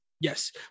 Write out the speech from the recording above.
Yes